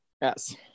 Yes